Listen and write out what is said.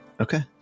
okay